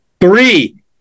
Three